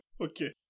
Okay